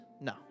No